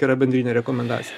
yra bendrinė rekomendacija